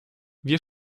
wir